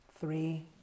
three